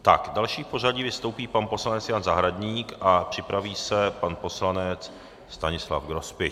Tak, další v pořadí vystoupí pan poslanec Jan Zahradník a připraví se pan poslanec Stanislav Grospič.